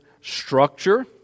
structure